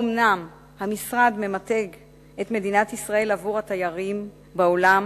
אומנם המשרד ממתג את מדינת ישראל עבור התיירים בעולם